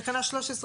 תקנה 13,